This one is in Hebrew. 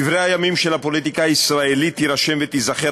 בדברי הימים של הפוליטיקה הישראלית תירשם ותיזכר